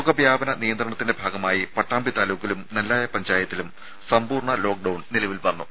രോഗ വ്യാപന നിയന്ത്രണത്തിന്റെ ഭാഗമായി പട്ടാമ്പി താലൂക്കിലും നെല്ലായ പഞ്ചായത്തിലും സമ്പൂർണ്ണ ലോക്ക്ഡൌൺ നിലവിൽ വന്നു